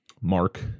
Mark